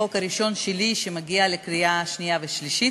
החוק הראשון שלי שמגיע לקריאה שנייה ושלישית,